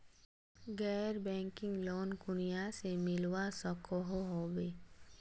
गैर banking loan कुनियाँ से मिलवा सकोहो होबे?